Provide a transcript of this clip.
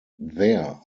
their